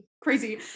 crazy